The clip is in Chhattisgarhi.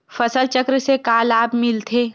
फसल चक्र से का लाभ मिलथे?